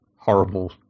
horrible